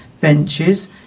benches